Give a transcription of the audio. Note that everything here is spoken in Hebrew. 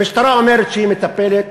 המשטרה אומרת שהיא מטפלת.